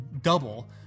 double